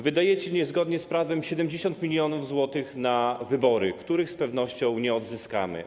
Wydajecie niezgodnie z prawem 70 mln zł na wybory, których z pewnością nie odzyskamy.